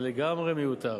זה לגמרי מיותר.